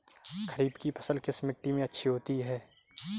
खरीफ की फसल किस मिट्टी में अच्छी होती है?